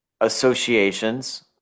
associations